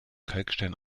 kalkstein